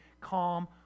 calm